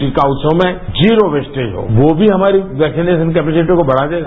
टीका उत्सव में जीरो वेस्टेज को भी हमारी वैक्सीनेशन कैपसिटी को बढ़ा देगा